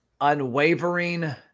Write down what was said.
unwavering